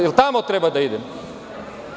Da li tamo treba da idem?